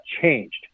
changed